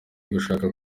gushaka